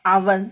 oven